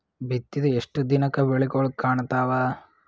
ಬಿತ್ತಿದ ಎಷ್ಟು ದಿನಕ ಬೆಳಿಗೋಳ ಕಾಣತಾವ?